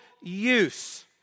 use